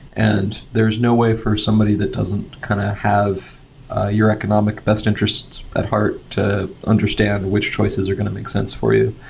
and there is no way for somebody that doesn't kind of have your economic best interests at heart to understand which choices are going to make sense for you.